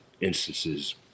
instances